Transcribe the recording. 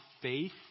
faith